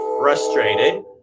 frustrated